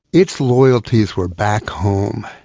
its loyalties were back home.